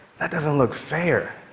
that doesn't look fair.